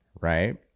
Right